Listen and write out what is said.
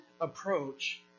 approach